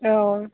औ